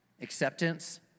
Acceptance